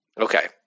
Okay